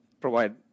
provide